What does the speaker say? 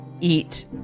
Eat